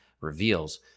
reveals